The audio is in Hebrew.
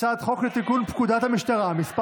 הצעת חוק לתיקון פקודת המשטרה (מס'